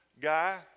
guy